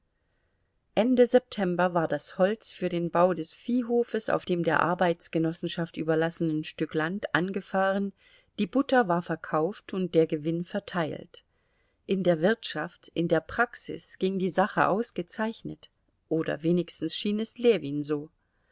ende september war das holz für den bau des viehhofes auf dem der arbeitsgenossenschaft überlassenen stück land angefahren die butter war verkauft und der gewinn verteilt in der wirtschaft in der praxis ging die sache ausgezeichnet oder wenigstens schien es ljewin so